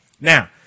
Now